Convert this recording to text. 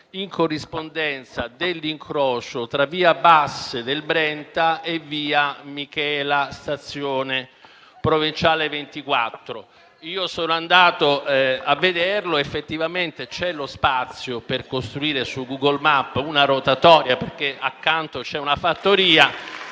in corrispondenza dell'incrocio tra via Basse del Brenta e via Michela, stazione, strada provinciale 24. Io sono andato a vedere su Google Map: effettivamente c'è lo spazio per costruire una rotatoria, perché accanto c'è una fattoria